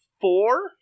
four